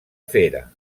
fera